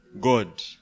God